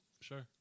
Sure